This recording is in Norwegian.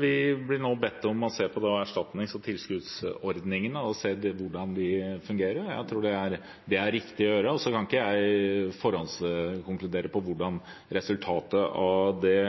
Vi blir nå bedt om å se på erstatnings- og tilskuddsordningene, se på hvordan de fungerer, og jeg tror det er riktig å gjøre. Så kan ikke jeg forhåndskonkludere om hva resultatet av det